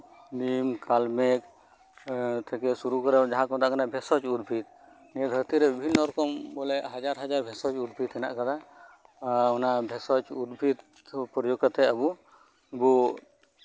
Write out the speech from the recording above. ᱱᱤᱢ ᱠᱟᱞᱢᱮᱜᱽ ᱛᱷᱮᱠᱮ ᱥᱩᱨᱩ ᱠᱚᱨᱮ ᱡᱟᱦᱟᱸ ᱫᱚᱠᱚ ᱢᱮᱛᱟᱜ ᱠᱟᱱᱟ ᱵᱷᱮᱥᱚᱡᱚ ᱩᱫᱽᱵᱷᱤᱫᱽ ᱱᱤᱭᱟᱹ ᱫᱷᱟᱹᱨᱛᱤᱨᱮ ᱵᱤᱵᱷᱤᱱᱱᱚ ᱵᱚᱞᱮ ᱵᱷᱮᱥᱚᱡᱚ ᱩᱫᱽᱵᱷᱤᱫ ᱢᱮᱱᱟᱜ ᱟᱠᱟᱫᱟ ᱟᱨ ᱚᱱᱟ ᱵᱷᱮᱥᱚᱡᱚ ᱩᱫᱽᱵᱷᱤᱫ ᱯᱨᱳᱭᱳᱜᱽ ᱠᱟᱛᱮᱫ ᱟᱵᱚ ᱵᱚ